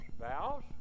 Vows